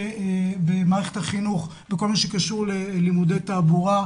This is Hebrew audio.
במערכת החינוך בכל מה שקשור ללימודי תעבורה,